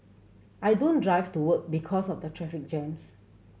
I don't drive to work because of the traffic jams